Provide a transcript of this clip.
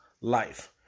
life